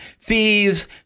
thieves